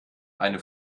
eine